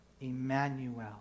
Emmanuel